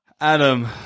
Adam